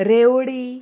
रेवडी